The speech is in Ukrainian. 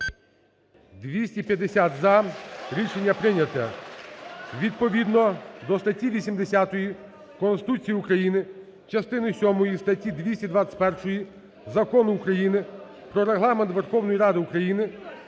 За-250 Рішення прийнято. Відповідно до статті 80 Конституції України, частини сьомої статті 221 Закону України "Про Регламент Верховної Ради України"